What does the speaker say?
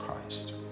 Christ